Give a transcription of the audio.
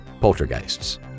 Poltergeists